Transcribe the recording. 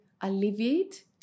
alleviate